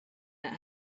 that